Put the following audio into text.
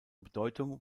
bedeutung